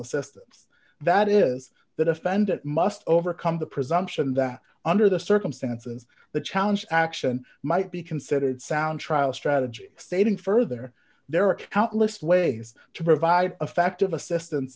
assistance that is the defendant must overcome the presumption that under the circumstances the challenge action might be considered sound trial strategy stating further there are countless ways to provide effective assistance